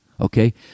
okay